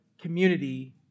community